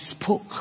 spoke